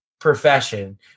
profession